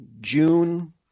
June